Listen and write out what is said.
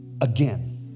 again